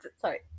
sorry